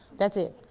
that's it.